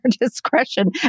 discretion